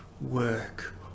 work